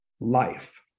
life